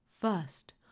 First